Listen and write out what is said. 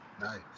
Nice